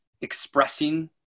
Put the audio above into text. expressing